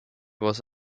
was